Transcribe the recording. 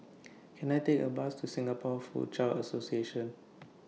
Can I Take A Bus to Singapore Foochow Association